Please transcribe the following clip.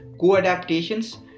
Co-adaptations